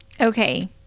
Okay